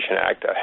Act